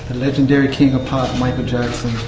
legendary king of pop, michael jackson,